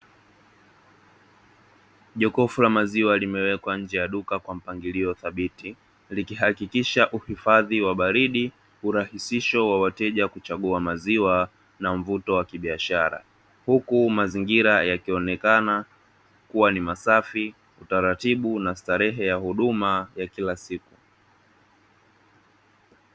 Jokofu la maziwa limewekwa nje ya duka kwa mpangilio thabiti; likihakikisha uhifadhi wa baridi, urahisisho wa wateja kuchagua maziwa na mvuto wa kibiashara, huku mazingira yakionekana ni masafi, utaratibu na starehe ya huduma ya kila siku.